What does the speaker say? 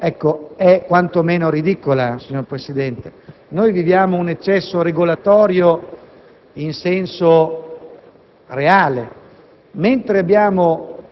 infrazione è quantomeno ridicolo, signor Presidente. Da noi viviamo un eccesso regolatorio in senso reale,